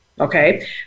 Okay